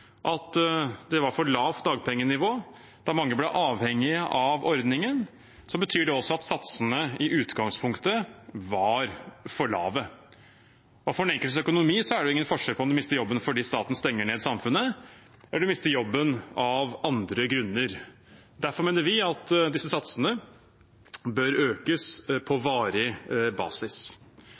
at det var et for lavt dagpengenivå da mange ble avhengig av ordningen, betyr det også at satsene i utgangspunktet var for lave. For den enkeltes økonomi er det ingen forskjell på om man mister jobben fordi staten stenger ned samfunnet, eller om man mister jobben av andre grunner. Derfor mener vi at disse satsene bør økes på varig basis.